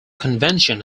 convention